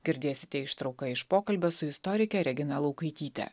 girdėsite ištrauką iš pokalbio su istorike regina laukaityte